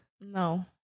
No